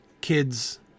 kids